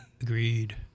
Agreed